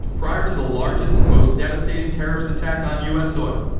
prior to the largest and most devastating terrorist attack on us soil,